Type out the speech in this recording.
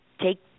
take